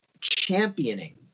championing